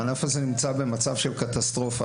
הענף הזה נמצא במצב של קטסטרופה.